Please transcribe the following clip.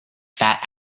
fat